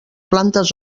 plantes